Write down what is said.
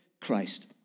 Christ